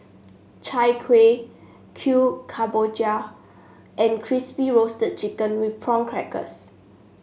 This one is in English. Chai Kueh Kemboja and Crispy Roasted Chicken with Prawn Crackers